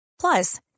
Plus